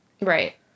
right